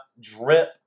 drip